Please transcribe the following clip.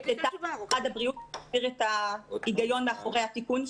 שמשרד הבריאות יסביר את ההיגיון שמאחורי התיקון,